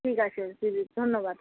ঠিক আছে দিদি ধন্যবাদ